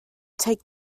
take